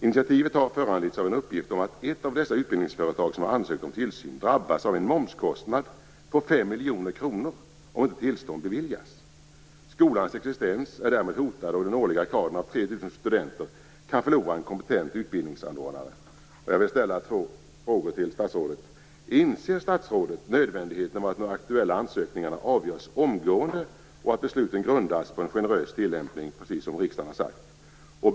Initiativet har föranletts av en uppgift om att ett av de utbildningsföretag som har ansökt om tillsyn drabbas av en momskostnad på 5 miljoner kronor om inte tillstånd beviljas. Skolans existens är därmed hotad och den årliga kadern av 3 000 studenter kan förlora en kompetent utbildningsanordnare. Jag vill ställa två frågor till statsrådet. Inser statsrådet nödvändigheten av att de aktuella ansökningarna avgörs omgående och att besluten grundas på en generös tillämpning, precis som riksdagen har sagt?